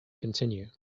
continue